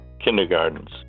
kindergartens